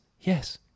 Yes